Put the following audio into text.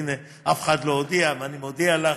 הינה, אף אחד לא הודיע, ואני מודיע לךְ.